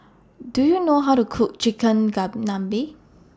Do YOU know How to Cook Chicken